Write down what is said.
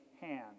hand